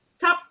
top